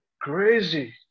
crazy